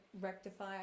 rectify